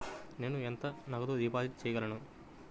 నేను ఎంత నగదు డిపాజిట్ చేయగలను?